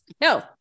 No